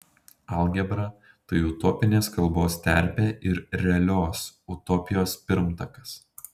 algebra tai utopinės kalbos terpė ir realios utopijos pirmtakas